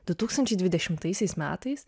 du tūkstančiai dvidešimtaisiais metais